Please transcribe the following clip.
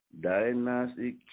diagnostic